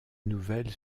nouvelles